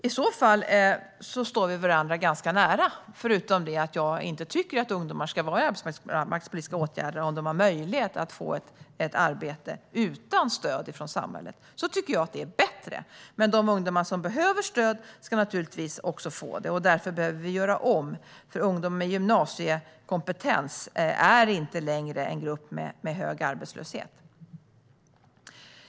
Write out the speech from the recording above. Då står vi varandra ganska nära, utom att jag inte tycker att ungdomar ska vara i arbetsmarknadspolitiska åtgärder om de har möjlighet att få ett arbete utan stöd från samhället. Det tycker jag är bättre. Men de ungdomar som behöver stöd ska givetvis få det. Därför behöver vi göra om, för ungdomar med gymnasiekompetens är inte längre en grupp med hög arbetslöshet.